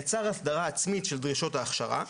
יצר הסדרה עצמית של דרישות ההכשרה,